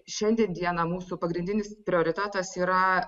šiandien dieną mūsų pagrindinis prioritetas yra